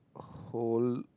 whole